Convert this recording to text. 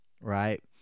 right